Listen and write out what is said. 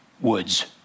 woods